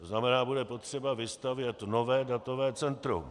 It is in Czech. To znamená, bude potřeba vystavět nové datové centrum.